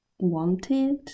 wanted